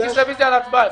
הצבעה בעד,